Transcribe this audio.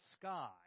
sky